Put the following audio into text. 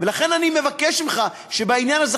ולכן אני מבקש ממך שבעניין הזה,